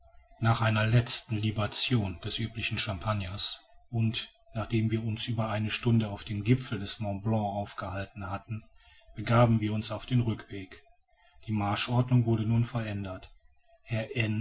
nach einer letzten libation des üblichen champagners und nachdem wir uns über eine stunde auf dem gipfel des mont blanc aufgehalten hatten begaben wir uns auf den rückweg die marschordnung wurde nun verändert herr